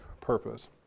purpose